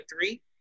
three